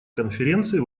конференции